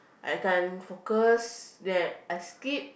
I can't focus then I skip